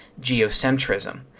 geocentrism